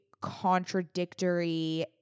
contradictory